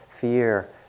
fear